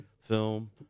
film